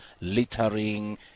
littering